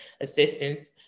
assistance